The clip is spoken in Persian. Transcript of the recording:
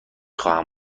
خواهم